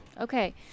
Okay